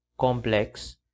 complex